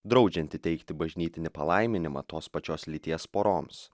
draudžiantį teikti bažnytinį palaiminimą tos pačios lyties poroms